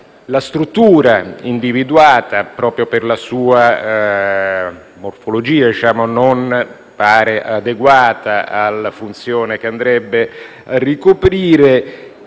La struttura individuata, inoltre, proprio per la sua morfologia, non pare adeguata alla funzione che andrebbe a ricoprire.